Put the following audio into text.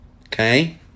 Okay